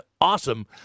awesome